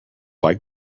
like